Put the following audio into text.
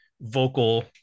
vocal